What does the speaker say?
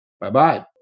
Bye-bye